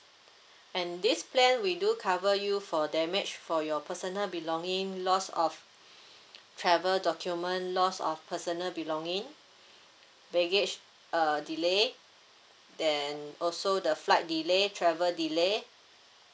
and this plan we do cover you for damage for your personal belonging loss of travel document loss of personal belonging baggage uh delay then also the flight delay travel delay